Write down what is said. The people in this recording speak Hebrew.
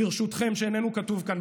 ברשותכם, שאיננו כתוב כאן.